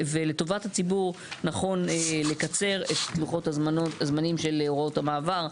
לטובת הציבור נכון לקצר את לוחות הזמנים של הוראות המעבר.